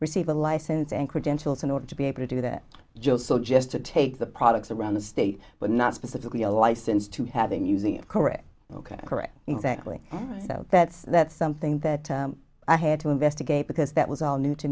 receive a license and credentials in order to be able to do that job so just to take the products around the state but not specifically a license to having using correct ok correct exactly so that's that's something that i had to investigate because that was all new to